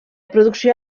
producció